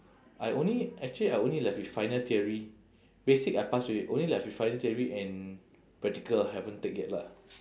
I only actually I only left with final theory basic I pass already only left with final theory and practical haven't take yet lah